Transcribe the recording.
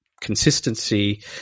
consistency